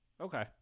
Okay